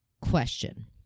question